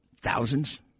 thousands